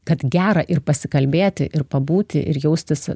kad gera ir pasikalbėti ir pabūti ir jaustis